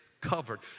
covered